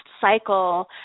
cycle